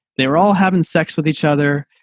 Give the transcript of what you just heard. they were all having sex with each other.